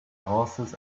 horses